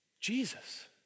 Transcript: Jesus